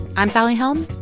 i'm sally helm.